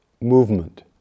movement